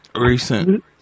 Recent